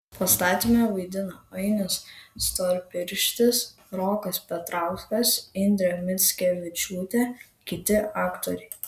pastatyme vaidina ainis storpirštis rokas petrauskas indrė mickevičiūtė kiti aktoriai